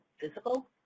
physical